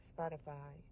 Spotify